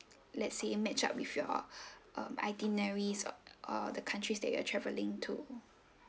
let say it match up with your um itineraries of uh the countries that you are travelling to